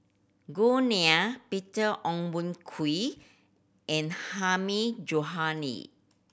Gao Ning Peter Ong Boon Kwee and Hilmi Johandi